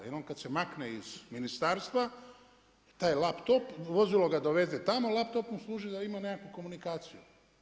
Jer on kad se makne iz ministarstva, taj laptop. vozilo ga doveze tamo, a laptop mu služi da ima nekakvu komunikaciju.